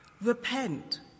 Repent